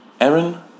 Aaron